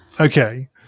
Okay